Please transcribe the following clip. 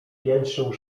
piętrzył